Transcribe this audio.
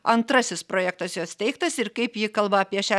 antrasis projektas jos teiktas ir kaip ji kalba apie šią